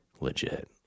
legit